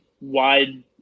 wide